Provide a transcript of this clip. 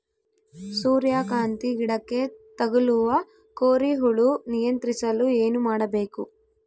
ಸೂರ್ಯಕಾಂತಿ ಗಿಡಕ್ಕೆ ತಗುಲುವ ಕೋರಿ ಹುಳು ನಿಯಂತ್ರಿಸಲು ಏನು ಮಾಡಬೇಕು?